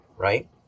right